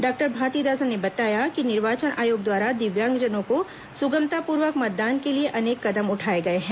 doctor Bharathidasan ने बताया कि निर्वाचन आयोग द्वारा दिव्यांगजनों को सुगमतापूर्वक मतदान के लिए अनेक कदम उठाए गए हैं